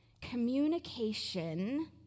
communication